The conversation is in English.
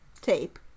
tape